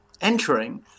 entering